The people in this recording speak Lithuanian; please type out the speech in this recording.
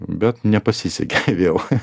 bet nepasisekė vėl